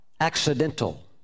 accidental